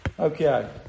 Okay